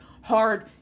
hard